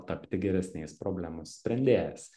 tapti geresniais problemų sprendėjais